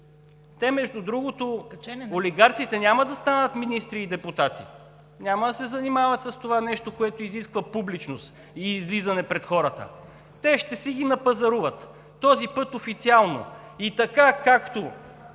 Те, между другото, олигарсите, няма да станат министри и депутати, няма да се занимават с това нещо, което изисква публичност и излизане пред хората, те ще си ги напазаруват – този път официално. И така, както